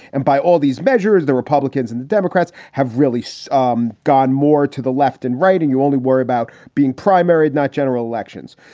and by all these measures, the republicans and the democrats have really so um gone more to the left and right, and you only worry about being primaried, not general elections.